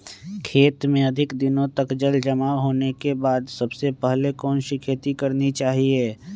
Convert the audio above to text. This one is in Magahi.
खेत में अधिक दिनों तक जल जमाओ होने के बाद सबसे पहली कौन सी खेती करनी चाहिए?